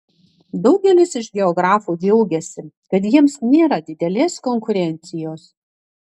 daugelis iš geografų džiaugiasi kad jiems nėra didelės konkurencijos